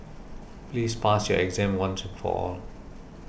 please pass your exam once and for all